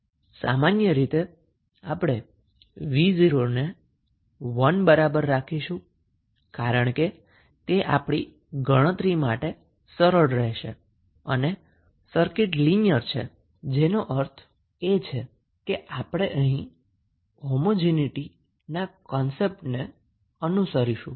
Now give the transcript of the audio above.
સામાન્ય રીતે આપણે 𝑣0 ને 1 બરાબર રાખીશું કારણ કે તે આપણી ગણતરી માટે સરળ રહેશે અને સર્કિટ લિનીયર છે જેનો અર્થ એ છે કે આપણે અહીં હોમોજીનીટી ના કન્સેપ્ટ ને અનુસરીશું